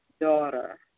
daughter